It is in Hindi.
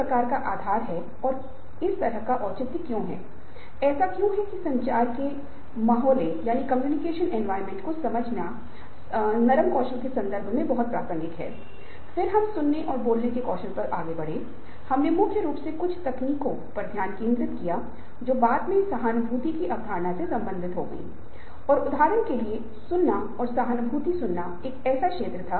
वह गंभीरता से अध्ययन कर रहा है प्रयास कर रहा है काम कर रहा है नियमित रूप से उसके लिए व्यायाम कर रहा है ताकि वह गेट परीक्षा में अच्छी रैंक ला सके और आईआईटी में स्नातक की पढ़ाई के लिए प्रवेश कर सके अगर वह गेट में क्वालिफाई नहीं कर पा रहा है स्वचालित रूप से विफलता है वह लक्ष्य तक पहुंचने में सक्षम नहीं है और विफलता व्यक्ति के हिस्से में रक्षात्मक प्रतिक्रिया के संदर्भ में निराशा आक्रामकता या कुछ प्रतिपूरक व्यवहार को जन्म दे सकती है